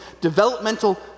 developmental